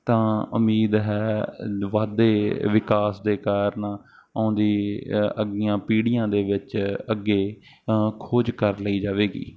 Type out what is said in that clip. ਤਾਂ ਉਮੀਦ ਹੈ ਵਾਧੇ ਵਿਕਾਸ ਦੇ ਕਾਰਣ ਆਉਂਦੀ ਅੱਗੀਆਂ ਪੀੜ੍ਹੀਆਂ ਦੇ ਵਿੱਚ ਅੱਗੇ ਖੋਜ ਕਰ ਲਈ ਜਾਵੇਗੀ